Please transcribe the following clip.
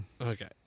Okay